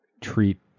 treat